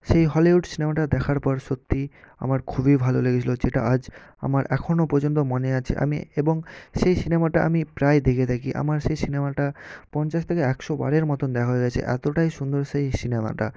সেই হলিউড সিনেমাটা দেখার পর সত্যি আমার খুবই ভালো লেগেছিল যেটা আজ আমার এখনও পর্যন্ত মনে আছে আমি এবং সেই সিনেমাটা আমি প্রায় দেখে থাকি আমার সেই সিনেমাটা পঞ্চাশ থেকে একশো বারের মতন দেখা হয়ে গেছে এতটাই সুন্দর সেই সিনেমাটা